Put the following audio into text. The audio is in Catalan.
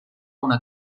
una